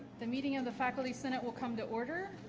the meeting of the faculty senate will come to order.